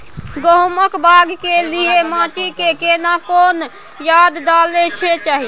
गहुम बाग के लिये माटी मे केना कोन खाद डालै के चाही?